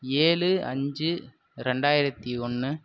ஏழு அஞ்சு ரெண்டாயிரத்தி ஒன்று